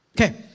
Okay